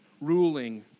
ruling